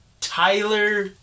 Tyler